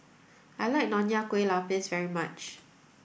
I like Nonya Kueh Lapis very much